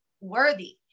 worthy